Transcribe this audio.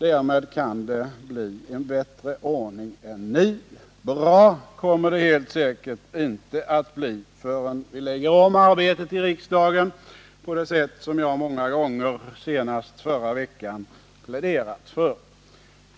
Därmed kan ordningen bli bättre än nu. Bra kommer det helt säkert inte att bli förrän vi lägger om arbetet i riksdagen på det sätt som jag många gånger, senast förra veckan, pläderat för.